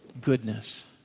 goodness